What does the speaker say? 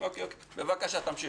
בקשה תמשיך.